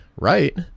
right